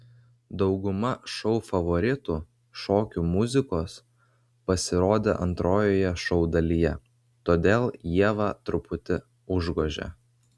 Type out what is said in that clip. dauguma šou favoritų šokių muzikos pasirodė antrojoje šou dalyje todėl ievą truputį užgožė